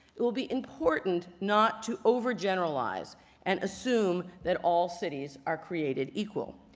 it will be important not to overgeneralize and assume that all cities are created equal.